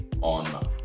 on